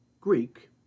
Greek